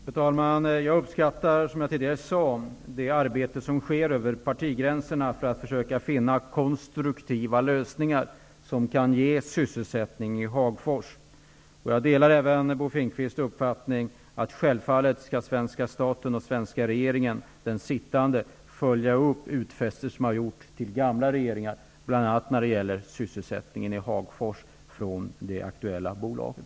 Fru talman! Jag uppskattar, precis som jag sade tidigare, det arbete som sker över partigränserna för att försöka finna konstruktiva lösningar som kan ge sysselsättning i Hagfors. Jag delar även Bo Finnkvists uppfattning att svenska staten och den sittande regeringen skall följa upp de utfästelser som har gjorts till gamla regeringar när det gäller bl.a. sysselsättning i Hagfors och i det aktuella bolaget.